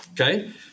Okay